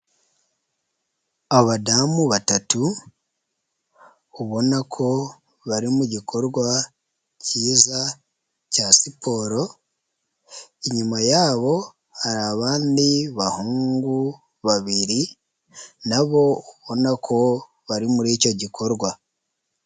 Abadamu batatu ubona ko bari mu gikorwa cyiza cya siporo, inyuma yabo hari abandi bahungu babiri na bo ubona ko bari muri icyo gikorwa.